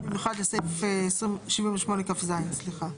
במיוחד לסעיף 78כז. סליחה.